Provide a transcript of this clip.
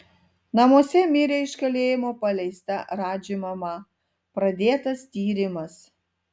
namuose mirė iš kalėjimo paleista radži mama pradėtas tyrimas